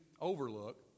overlook